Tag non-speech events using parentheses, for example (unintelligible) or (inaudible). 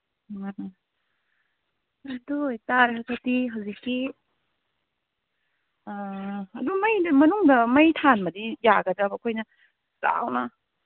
(unintelligible) ꯑꯗꯨ ꯑꯣꯏ ꯇꯥꯔꯒꯗꯤ ꯍꯧꯖꯤꯛꯀꯤ ꯑꯗꯨꯝ ꯃꯩꯗꯤ ꯃꯅꯨꯡꯗ ꯃꯩ ꯊꯥꯟꯕꯗꯤ ꯌꯥꯒꯗ꯭ꯔꯕ ꯑꯩꯈꯣꯏꯅ ꯆꯥꯎꯅ